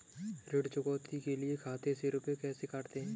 ऋण चुकौती के लिए खाते से रुपये कैसे कटते हैं?